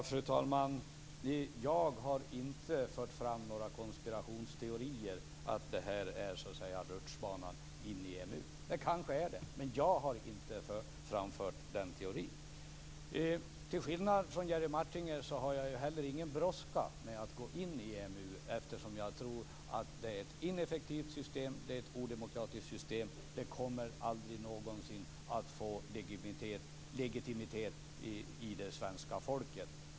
Fru talman! Jag har inte fört fram några konspirationsteorier om att detta så att säga är en rutschbana in i EMU. Kanske det är så, men jag har inte framfört den teorin. Till skillnad från Jerry Martinger har jag inte heller någon brådska när det gäller att gå in i EMU, eftersom jag tror att det är ett ineffektivt och odemokratiskt system som aldrig någonsin kommer att få legitimitet hos det svenska folket.